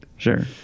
Sure